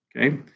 Okay